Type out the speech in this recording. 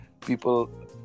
people